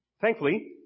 Thankfully